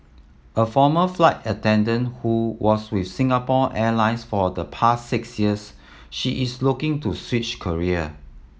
a former flight attendant who was with Singapore Airlines for the past six years she is looking to switch career